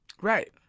Right